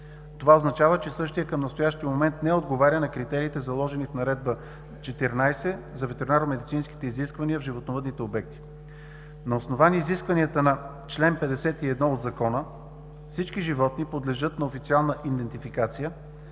Това означава, че същият към настоящия момент не отговаря на критериите, заложени в Наредба № 14 за ветеринарномедицинските изисквания в животновъдните обекти. На основание изискванията на чл. 51 от Закона, всички животни подлежат на официална идентификация,